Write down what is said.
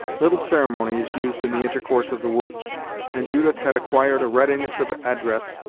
little ceremony is used in the intercourse of the woods and judith had acquired a readiness of address,